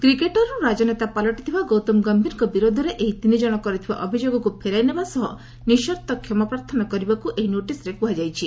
କ୍ରିକେଟରରୁ ରାଜନେତା ପାଲଟିଥିବା ଗୌତମ ଗମ୍ଭୀରଙ୍କ ବିରୋଧରେ ଏହି ତିନିଜଣ କରିଥିବା ଅଭିଯୋଗକୁ ଫେରାଇନେବା ସହ ନିଃସର୍ତ୍ତ କ୍ଷମା ପ୍ରାର୍ଥନା କରିବାକୁ ଏହି ନୋଟିସ୍ରେ କୁହାଯାଇଛି